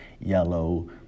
yellow